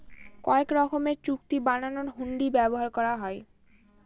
কয়েক রকমের চুক্তি বানানোর হুন্ডি ব্যবহার করা হয়